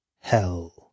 hell